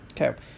Okay